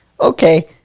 okay